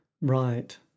right